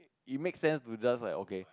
it makes sense to just like okay